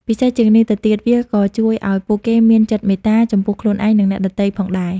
ពិសេសជាងនេះទៅទៀតវាក៏ជួយឱ្យពួកគេមានចិត្តមេត្តា ចំពោះខ្លួនឯង និងអ្នកដទៃផងដែរ។